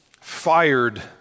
fired